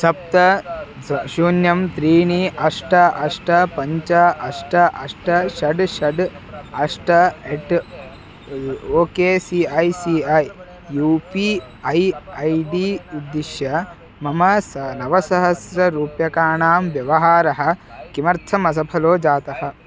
सप्त सु शून्यं त्रीणि अष्ट अष्ट पञ्च अष्ट अष्ट षड् षड् अष्ट at O K C I C I U P I I D उद्दिश्य मम स नवसहस्ररूप्यकाणां व्यवहारः किमर्थमसफलो जातः